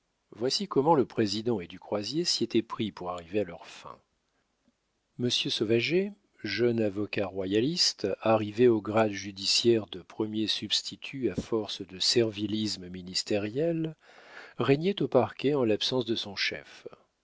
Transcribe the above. voici comment le président et du croisier s'y étaient pris pour arriver à leurs fins monsieur sauvager jeune avocat royaliste arrivé au grade judiciaire de premier substitut à force de servilisme ministériel régnait au parquet en l'absence de son chef